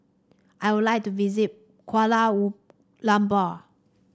I would like to visit Kuala Lumpur